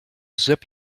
zip